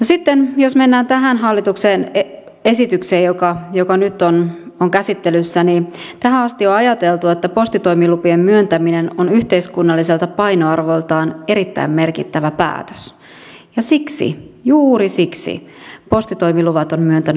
sitten jos mennään tähän hallituksen esitykseen joka nyt on käsittelyssä niin tähän asti on ajateltu että postitoimilupien myöntäminen on yhteiskunnalliselta painoarvoltaan erittäin merkittävä päätös ja siksi juuri siksi postitoimiluvat on myöntänyt valtioneuvosto